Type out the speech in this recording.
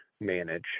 manage